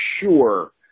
sure